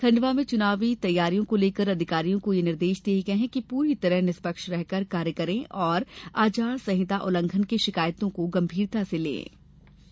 खंडवा में चुनावी तैयारियों को लेकर अधिकारियों को यह निर्देश दिये गये है कि पूरी तरह निष्पक्ष रह कर कार्य करें और आचार संहिता उलघ्घन की शिकायतों पर गंभीरता से कार्यवाही करें